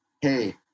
hey